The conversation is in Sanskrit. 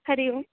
हरिः ओम्